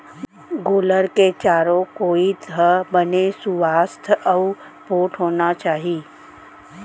गोल्लर के चारों कोइत ह बने सुवास्थ अउ पोठ होना चाही